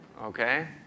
Okay